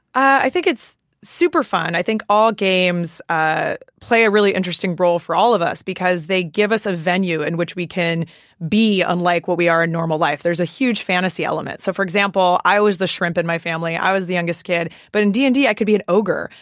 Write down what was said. i think it's super fun. i think all games ah play a really interesting role for all of us, because they give us a venue in which we can be unlike what we are in normal life. there's a huge fantasy element. so for example, i was the shrimp in my family. i was the youngest kid. but in d and d, i could be an ogre,